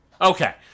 Okay